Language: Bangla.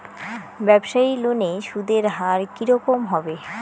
ব্যবসায়ী লোনে সুদের হার কি রকম হবে?